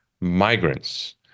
migrants